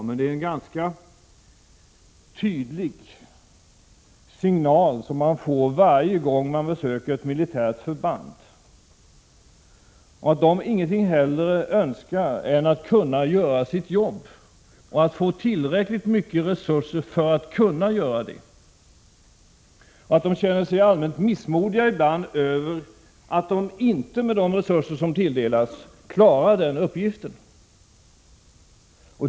Varje gång man besöker ett militärt förband får man en ganska tydlig signal, att personalen inget hellre önskar än att göra sitt jobb och att få tillräckligt mycket resurser för att kunna göra det. De som arbetar inom försvaret känner sig ibland allmänt missmodiga över att de med de resurser som tilldelats dem inte klarar uppgifterna.